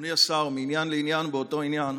אדוני השר, מעניין לעניין באותו עניין,